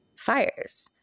fires